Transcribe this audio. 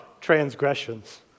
transgressions